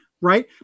right